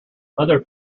other